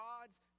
God's